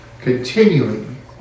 Continuing